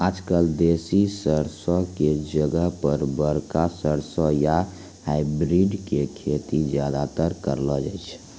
आजकल देसी सरसों के जगह पर बड़का सरसों या हाइब्रिड के खेती ज्यादातर करलो जाय छै